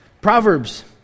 Proverbs